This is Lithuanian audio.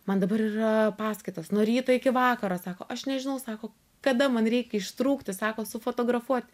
man dabar yra paskaitos nuo ryto iki vakaro sako aš nežinau sako kada man reikia ištrūkti sako sufotografuoti